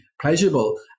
pleasurable